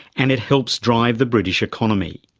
and it helps drive the british economy.